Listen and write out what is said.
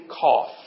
cough